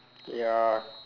ya